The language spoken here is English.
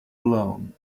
alone